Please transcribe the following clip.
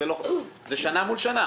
זה שנה מול שנה?